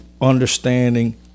understanding